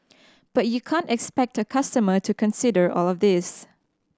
but you can't expect a customer to consider all of this